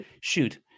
Shoot